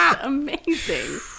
Amazing